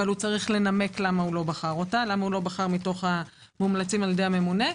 אבל צריך לנמק למה לא בחר מתוך המומלצים על-ידי הממונה,